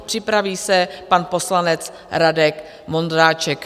Připraví se pan poslanec Radek Vondráček.